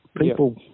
people